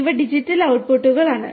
ഇവ ഡിജിറ്റൽ ഔട്ട്പുട്ടുകളാണ്